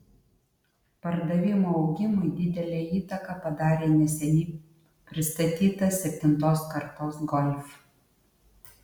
pardavimų augimui didelę įtaką padarė neseniai pristatytas septintos kartos golf